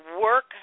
work